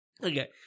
Okay